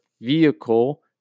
vehicle